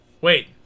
Wait